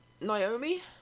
Naomi